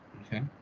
Okay